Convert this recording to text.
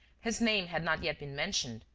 his name had not yet been mentioned,